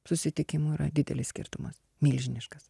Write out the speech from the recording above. susitikimų yra didelis skirtumas milžiniškas